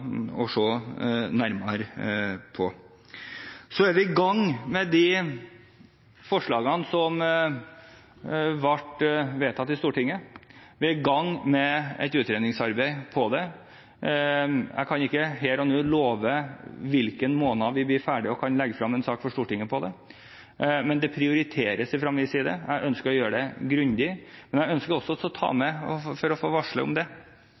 se nærmere på. Så er vi i gang med de forslagene som ble vedtatt i Stortinget, vi er i gang med et utredningsarbeid. Jeg kan ikke her og nå love i hvilken måned vi blir ferdig og kan legge frem en sak for Stortinget om det, men det prioriteres fra min side. Jeg ønsker å gjøre det grundig, men jeg ønsker også å ta med – for å få varslet om det